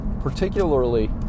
particularly